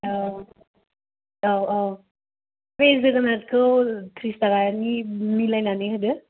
औ औ औ बे जोगोनारखौ थ्रिसथाखानि मिलायनानै होदो